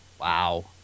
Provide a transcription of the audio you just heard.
Wow